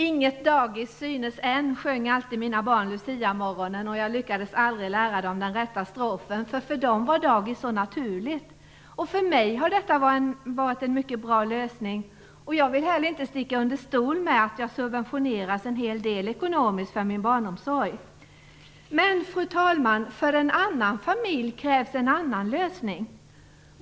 På Luciamorgonen sjöng alltid mina barn: inget dagis synes än. Jag lyckades aldrig lära dem den rätta strofen. För dem var dagis så naturligt. För mig har det varit en mycket bra lösning. Jag vill heller inte sticka under stol med att jag har subventionerats en hel del ekonomiskt för min barnomsorg. Fru talman! För en annan familj krävs en annan lösning.